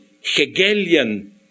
Hegelian